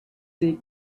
she